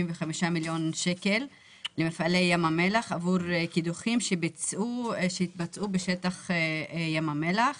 מיליון שקל עבור קידוחים שהתבצעו בשטח ים המלח.